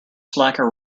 slacker